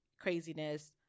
craziness